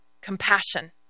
compassion